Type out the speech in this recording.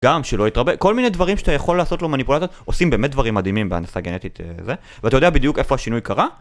גם שלא יתרבה, כל מיני דברים שאתה יכול לעשות לו מניפולציות עושים באמת דברים מדהימים בהנסה גנטית זה ואתה יודע בדיוק איפה השינוי קרה?